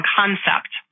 concept